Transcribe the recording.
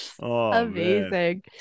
Amazing